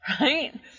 Right